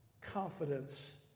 confidence